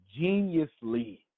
geniusly